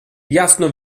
jasno